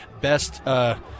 best